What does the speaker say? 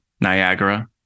Niagara